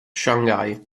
shanghai